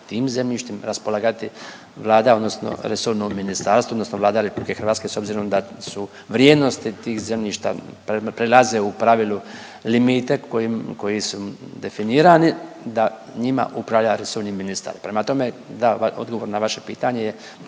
tim zemljištem raspolagati Vlada odnosno resorno ministarstvo odnosno Vlada RH s obzirom da su vrijednosti tih zemljišta, prelaze u pravilu limite koji su definirani da njima upravlja resorni ministar. Prema tome, da odgovor na vaše pitanje je,